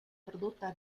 prodotta